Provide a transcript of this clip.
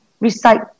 recite